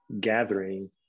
gathering